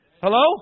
Hello